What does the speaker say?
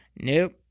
Nope